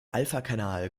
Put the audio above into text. alphakanal